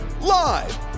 live